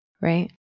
right